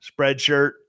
Spreadshirt